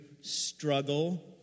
struggle